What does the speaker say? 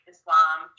Islam